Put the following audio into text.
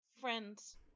Friends